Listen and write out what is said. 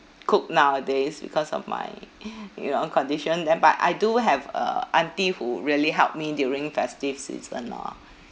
cook nowadays because of my you know condition then but I do have a aunty who really help me during festive season lor